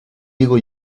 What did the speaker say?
digo